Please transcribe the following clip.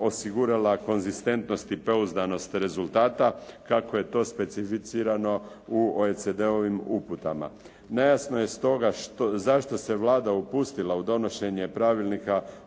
osigurala konzistentnost i pouzdanost rezultata kako je to specificirano u OECD-ovim uputama. Nejasno je stoga zašto se Vlada upustila u donošenje pravilnika